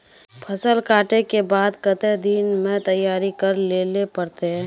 फसल कांटे के बाद कते दिन में तैयारी कर लेले पड़ते?